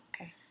Okay